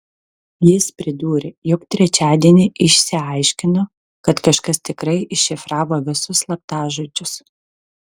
jis pridūrė jog trečiadienį išsiaiškino kad kažkas tikrai iššifravo visus slaptažodžius